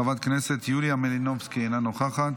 חברת הכנסת יוליה מלינובסקי, אינה נוכחת,